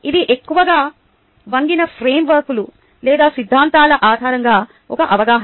ఇది ఎక్కువగా వంగిన ఫ్రేమ్వర్క్లు లేదా సిద్ధాంతాల ఆధారంగా ఒక అవగాహన